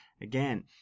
again